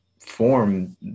form